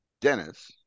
Dennis